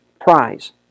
prize